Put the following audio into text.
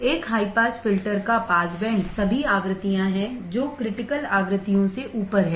एक high pass filter का passband सभी आवृत्तिया है जो क्रिटिकल आवृत्तियों से ऊपर है